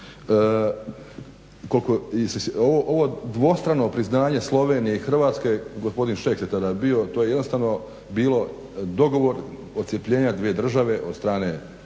ovo dvostrano priznanje Slovenije i Hrvatske gospodin Šeks je tada bio to je jednostavno bio dogovor odcjepljenja dvije država od strane